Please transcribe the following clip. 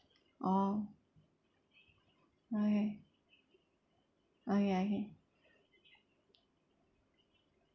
orh okay okay okay